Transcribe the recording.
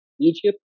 Egypt